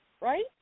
right